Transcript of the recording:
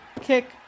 Kick